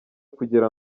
kugira